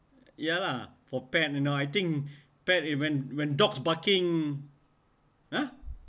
ya lah for pet you know I think pet is when dogs barking uh